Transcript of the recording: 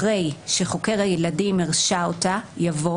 אחרי "שחוקר ילדים הרשה אותה" יבוא